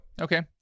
Okay